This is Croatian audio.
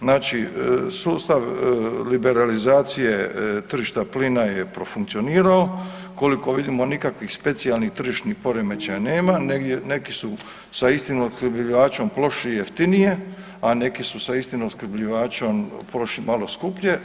Znači sustav liberalizacije tržišta plina je profunkcionirao, koliko vidimo nikakvih specijalnih tržišnih poremećaja nema, neki su sa istim opskrbljivačem prošli jeftinije, a neki su sa istim opskrbljivačem prošli malo skuplje.